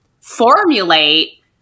formulate